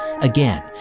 Again